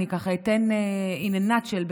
אני אתן in a nutshell,